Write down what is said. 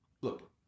Look